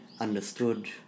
understood